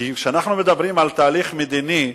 אם אנחנו מדברים על תהליך מדיני,